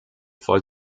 voll